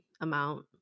amount